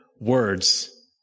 words